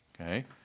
Okay